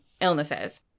illnesses